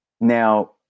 now